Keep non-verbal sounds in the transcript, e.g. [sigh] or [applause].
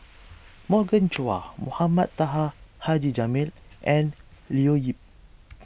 [noise] Morgan Chua Mohamed Taha Haji Jamil and Leo Yip